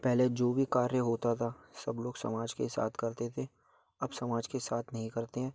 पहले जो भी कार्य होता था सब लोग समाज के साथ करते थे अब समाज के साथ नहीं करते हैं